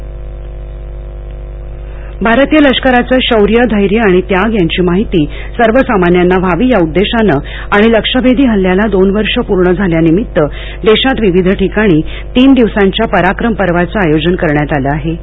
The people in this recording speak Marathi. पराक्रम पर्वः भारतीय लष्कराचं शौर्य धैर्य आणि त्याग यांची माहिती सर्वसामान्यांना व्हावी या उद्देशानं आणि लक्ष्यभेदी हल्ल्याला दोन वर्ष पूर्ण झाल्यानिमित्त देशात विविध ठिकाणी तीन दिवसांच्या पराक्रम पर्वाच आयोजन करण्यात आलं आहेसंरक्षणमंत्री